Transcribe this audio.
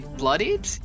bloodied